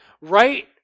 right